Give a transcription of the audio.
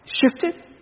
shifted